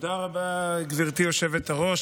תודה רבה, גברתי היושבת-ראש.